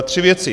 Tři věci.